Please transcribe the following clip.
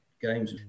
games